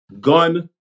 gun